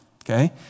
Okay